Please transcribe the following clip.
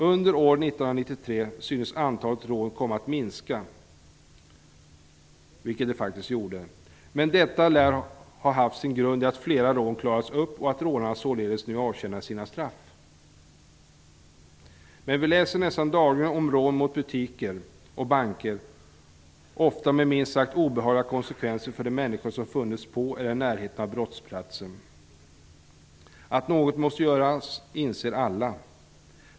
Under år 1993 syntes antalet rån komma att minska, vilket de faktiskt gjorde. Men detta lär ha haft sin grund i att flera rån klarats upp och att rånarna således avtjänade sina straff. Vi läser nästan dagligen om rån mot butiker och banker, ofta med minst sagt obehagliga konsekvenser för de människor som funnits på eller i närheten av brottsplatsen. Att något måste göras inser alla.